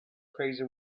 crazy